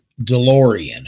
Delorean